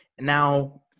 now